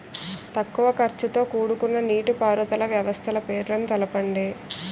తక్కువ ఖర్చుతో కూడుకున్న నీటిపారుదల వ్యవస్థల పేర్లను తెలపండి?